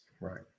Right